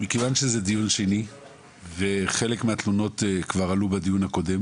מכיוון שזה דיון שני וחלק מהתלונות כבר עלו בדיון הקודם